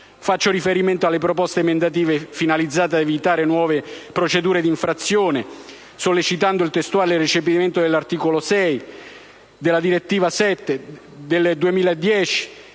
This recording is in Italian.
Faccio riferimento alle proposte di emendamento finalizzate ad evitare nuove procedure di infrazione, sollecitando il testuale recepimento degli articoli 6 e 7 della direttiva 2010/31/UE.